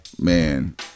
Man